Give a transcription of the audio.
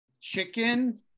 chicken